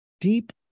Deep